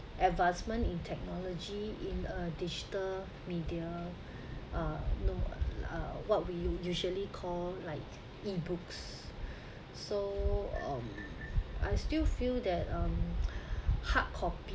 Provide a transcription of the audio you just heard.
advancements in technology in a digital media uh no uh what we usually call like e-books so um I still feel that um hard copy